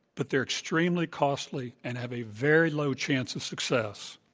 but they're extremely costly and have a very low chance of success.